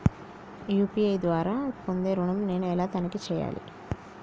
UPI ద్వారా పొందే ఋణం నేను ఎలా తనిఖీ చేయాలి?